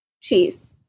cheese